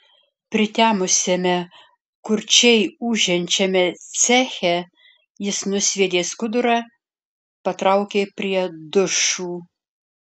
pritemusiame kurčiai ūžiančiame ceche jis nusviedė skudurą patraukė prie dušų